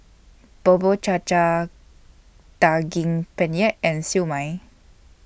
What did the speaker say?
Bubur Cha Cha Daging Penyet and Siew Mai